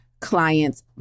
client's